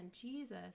Jesus